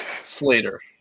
Slater